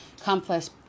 Complex